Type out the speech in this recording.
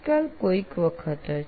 આજકાલ કોઈક વખત જ